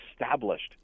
established